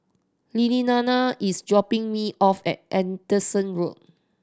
Lillianna is dropping me off at Anderson Road